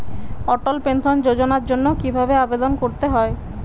অটল pension যোজনার জন্য কি ভাবে আবেদন করতে হয়?